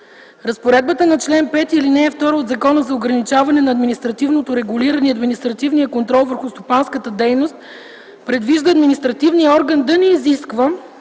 Разпоредбата на чл. 5, ал. 2 от Закона за ограничаване на административното регулиране и административния контрол върху стопанската дейност предвижда административният орган да не изисква